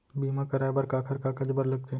बीमा कराय बर काखर कागज बर लगथे?